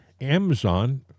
Amazon